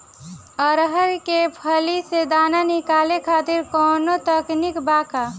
अरहर के फली से दाना निकाले खातिर कवन तकनीक बा का?